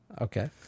Okay